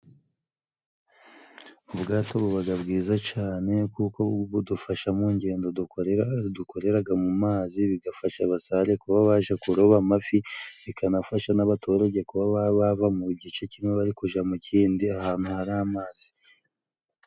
Ubwato bubaga bwiza cane kuko budufasha mu ngendo dukorera dukoreraga mu mazi ,bigafasha abasare kuba baja kuroba amafi, bikanafasha n'abaturage kuba bava mu gice kimwe bari kuja mu kindi ahantu hari amazi.